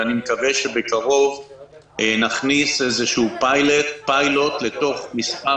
ואני מקווה שבקרוב נכניס איזשהו פיילוט אל תוך מספר